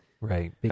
Right